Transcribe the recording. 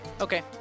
Okay